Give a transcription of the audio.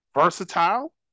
versatile